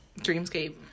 Dreamscape